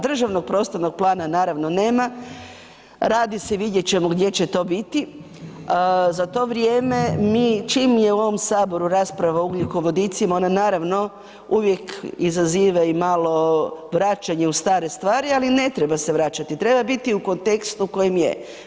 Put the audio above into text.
Državnog prostornog plana naravno nema, radi se, vidjet ćemo gdje će to biti, za to vrijeme mi, čim je u ovom Saboru rasprava o ugljikovodicima, ona naravno uvijek izaziva i malo vraćanje u stare stvari ali ne treba se vraćati, treba biti u kontekstu u kojem je.